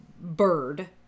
bird